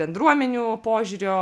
bendruomenių požiūrio